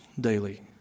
daily